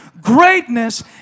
greatness